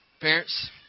Parents